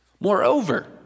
Moreover